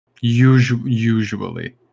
Usually